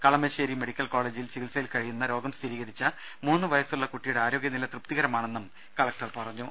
Kalamassery medical കോളേജിൽ ചികിത്സയിൽ കഴിയുന്ന രോഗം സ്ഥിരീകരിച്ച മൂന്ന് വയസ്സുകാരിയുടെ ആരോഗ്യനില തൃപ്തികരമാണെന്നും കലക്ടർ പറഞ്ഞു